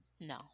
No